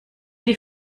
die